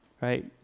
right